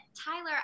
Tyler